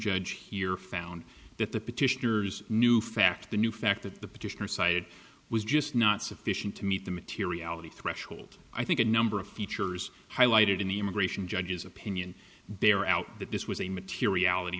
judge here found that the petitioners new fact the new fact that the petitioner cited was just not sufficient to meet the materiality threshold i think a number of features highlighted in the immigration judge's opinion bear out that this was a materiality